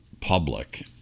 public